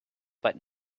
but